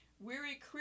Weary